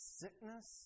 sickness